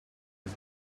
his